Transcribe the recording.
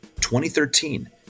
2013